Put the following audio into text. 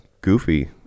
goofy